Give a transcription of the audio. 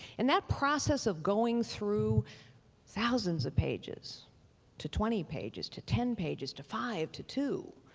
and that process of going through thousands of pages to twenty pages to ten pages to five to two,